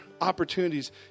opportunities